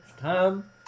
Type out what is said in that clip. time